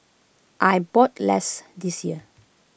I bought less this year